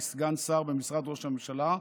לסגן שר במשרד ראש הממשלה,